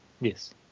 Yes